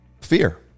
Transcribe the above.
fear